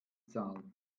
zahl